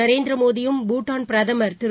நரேந்திரமோடியும் பூடான் பிரதம் திரு